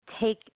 take